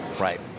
Right